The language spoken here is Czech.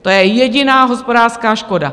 To je jediná hospodářská škoda.